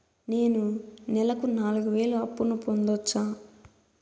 నేను నెలకు నాలుగు వేలు అప్పును పొందొచ్చా?